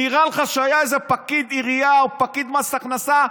נראה לך שהיה איזה פקיד עירייה או פקיד מס הכנסה,